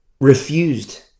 refused